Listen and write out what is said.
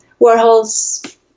Warhol's